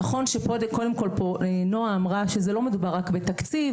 נכון שנועה אמרה שלא מדובר רק בתקציב,